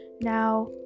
Now